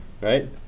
Right